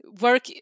work